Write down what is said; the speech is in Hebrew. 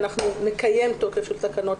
אנחנו נקיים תוקף של תקנות,